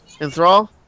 Enthrall